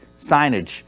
signage